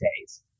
days